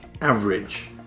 average